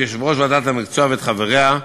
את יושב-ראש ועדת המקצוע ואת חבריה.